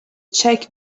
check